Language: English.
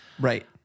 Right